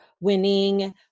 winning